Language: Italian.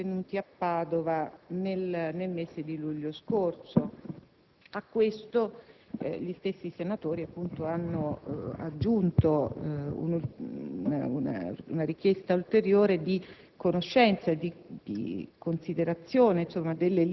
episodi di cronaca che sono avvenuti a Padova nel mese di luglio scorso. A questo gli stessi senatori hanno aggiunto una richiesta ulteriore di conoscenza e di considerazione